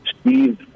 Steve